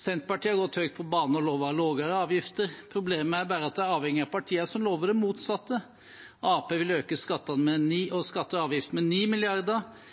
Senterpartiet har gått høyt ut på banen og lovet lavere avgifter. Problemet er bare at de er avhengige av partier som lover det motsatte. Arbeiderpartiet vil øke skatter og avgifter med